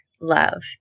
love